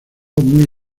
muy